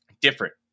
different